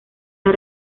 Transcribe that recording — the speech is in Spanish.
las